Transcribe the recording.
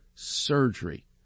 surgery